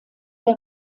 der